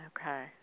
okay